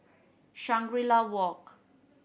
Shangri La Walk